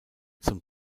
zum